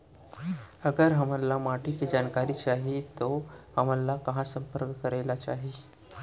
अगर हमन ला माटी के जानकारी चाही तो हमन ला कहाँ संपर्क करे ला चाही?